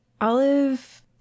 Olive